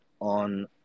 on